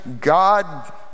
God